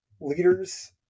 leaders